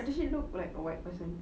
does she look like a white person